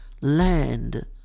land